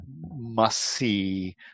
must-see